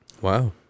Wow